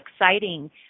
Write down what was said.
exciting